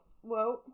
whoa